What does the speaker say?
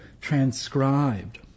transcribed